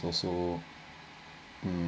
also um